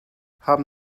haben